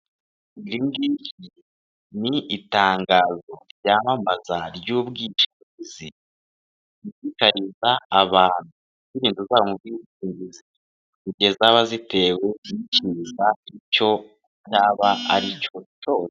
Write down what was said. Iri ngiri ni itangazo ryamamaza ry'ubwishingizi, rishishikariza abantu gushyira inzu zabo mu bwishingizi, mu gihe zaba zitewe n'ikiza icyo yaba aricyo cyose.